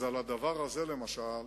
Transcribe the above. אז את הדבר הזה, למשל,